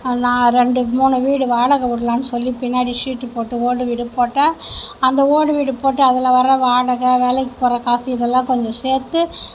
நான் ரெண்டு மூணு வீடு வாடகை விடலாம்னு சொல்லி பின்னாடி சீட் போட்டு ஓட்டு வீடு போட்டேன் அந்த ஓட்டு வீடு போட்டு அதில் வர்ற வாடகை வேலைக்கு போகிற காசு இதெல்லாம் கொஞ்சம் சேர்த்து